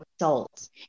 results